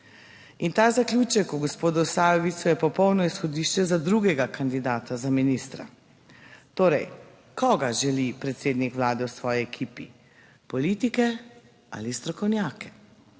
ta zaključek o gospodu Sajovicu je popolno izhodišče za drugega kandidata za ministra. Torej, koga želi predsednik vlade v svoji ekipi, politike ali strokovnjake?